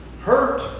hurt